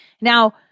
Now